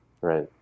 Right